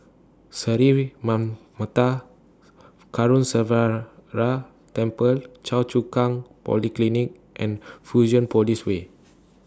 Sri Manmatha Karuneshvarar Temple Choa Chu Kang Polyclinic and Fusionopolis Way